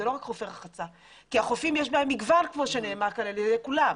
ואלה לא רק חופי רחצה כי בחופים יש מגוון כמו שנאמר כאן על ידי כולם.